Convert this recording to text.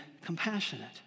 compassionate